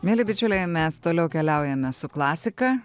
mieli bičiuliai mes toliau keliaujame su klasika